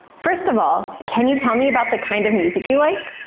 first of all, can you tell me about the kind of music you like?